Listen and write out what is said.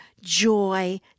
joy